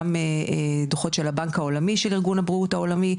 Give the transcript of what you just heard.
גם דוחות של הבנק העולמי של ארגון הבריאות העולמי,